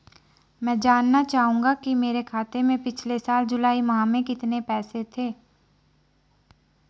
मैं जानना चाहूंगा कि मेरे खाते में पिछले साल जुलाई माह में कितने पैसे थे?